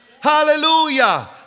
Hallelujah